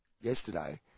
yesterday